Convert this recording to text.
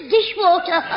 Dishwater